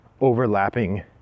overlapping